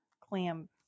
clam